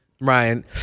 Ryan